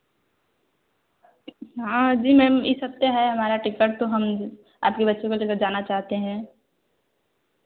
हाँ जी मैम इस हफ़्ते है हमारा टिकट तो हम आपके बच्चे को लेकर जाना चाहते हैं